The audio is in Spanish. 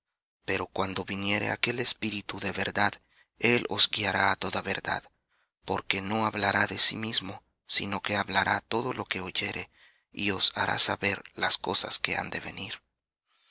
pero cuando viniere aquel espíritu de verdad él os guiará á toda verdad porque no hablará de sí mismo sino que hablará todo lo que oyere y os hará saber las cosas que han de venir